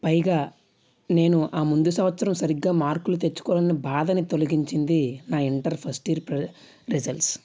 పైగా నేను ఆ ముందు సంవత్సరం సరిగ్గా మార్కులు తెచ్చుకోలేని బాధని తొలగించింది నా ఇంటర్ ఫస్ట్ ఇయర్ రిజల్ట్స్